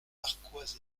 narquois